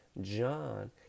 John